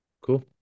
Cool